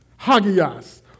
Hagias